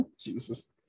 Jesus